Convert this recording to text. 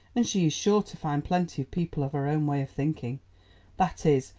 and she is sure to find plenty of people of her own way of thinking that is,